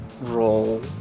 roll